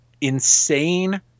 insane